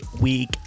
week